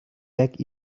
back